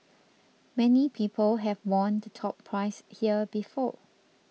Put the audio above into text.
many people have won the top prize here before